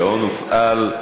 השעון הופעל.